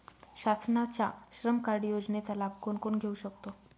शासनाच्या श्रम कार्ड योजनेचा लाभ कोण कोण घेऊ शकतो?